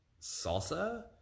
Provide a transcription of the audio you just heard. salsa